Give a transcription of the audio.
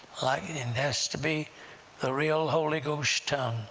like it has to be the real holy ghost tongue